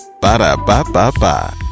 Ba-da-ba-ba-ba